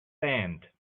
sand